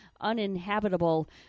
uninhabitable